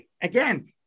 again